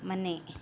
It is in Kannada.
ಮನೆ